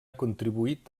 contribuït